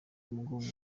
umugongo